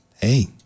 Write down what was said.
hey